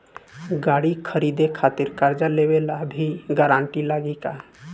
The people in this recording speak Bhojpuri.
गाड़ी खरीदे खातिर कर्जा लेवे ला भी गारंटी लागी का?